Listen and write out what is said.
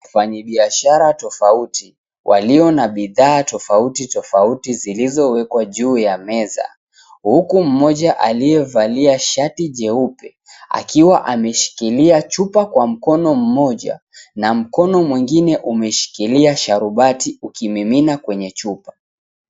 Wafanyibiashara tofauti waliyo na bidhaa tofauti tofauti zilizowekwa juu ya meza, huku mmoja aliyevalia shati jeupe akiwa ameshikilia chupa kwa mkono mmoja na mkono mwengine umeshikilia sharubati ukimimina kwenye chupa.